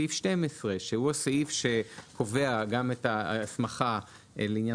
סעיף 12 שהוא הסעיף שקובע גם את ההסמכה לעניין